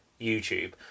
YouTube